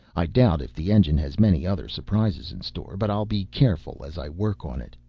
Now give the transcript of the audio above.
i doubt if the engine has many other surprises in store, but i'll be careful as i work on it.